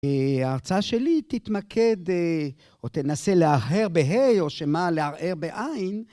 ההרצאה שלי תתמקד, או תנסה להרהר בה"א, או שמא לערער בעי"ן.